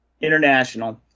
International